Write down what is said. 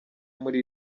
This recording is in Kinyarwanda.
muri